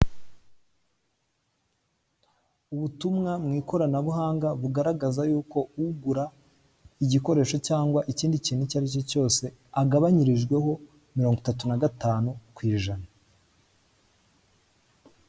Ubutumwa mu ikoranabuhanga bugaragaza y'uko ugura igikoresho cyangwa ikindi kintu icyo ari cyo cyose agabanyirijweho mirongo itatu na gatanu ku ijana.